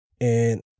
and-